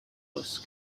was